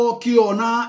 kiona